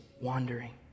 wandering